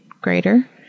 greater